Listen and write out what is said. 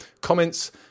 comments